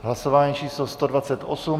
Hlasování číslo 128.